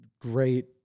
great